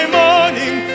morning